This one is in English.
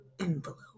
envelope